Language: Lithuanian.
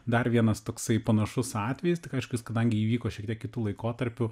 dar vienas toksai panašus atvejis tik aišku jis kadangi įvyko šiek tiek kitu laikotarpiu